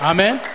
Amen